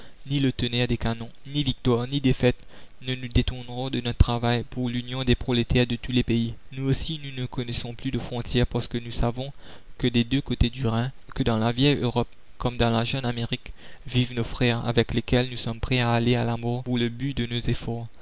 ni le tonnerre des canons ni victoire ni défaite ne nous détourneront de notre travail pour l'union des prolétaires de tous les pays nous aussi nous ne connaissons plus de frontières parce que nous savons que des deux côté du rhin que dans la vieille europe comme dans la jeune amérique vivent nos frères avec lesquels nous sommes prêts à aller à la mort pour le but de nos efforts